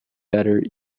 better